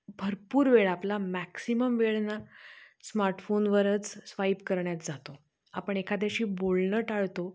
भरपूर वेळ आपला मॅक्सिमम वेळ ना स्मार्टफोनवरच स्वाईप करण्यात जातो आपण एखाद्याशी बोलणं टाळतो